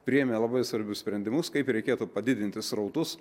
priėmė labai svarbius sprendimus kaip reikėtų padidinti srautus